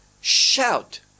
Shout